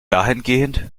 dahingehend